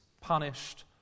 punished